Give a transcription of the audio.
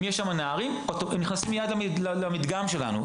אם יש שם נערים הם נכנסים מיד למדגם שלנו,